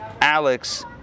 Alex